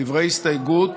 דברי הסתייגות